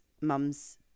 mum's